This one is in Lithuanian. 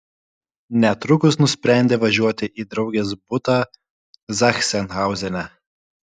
netrukus nusprendė važiuoti į draugės butą zachsenhauzene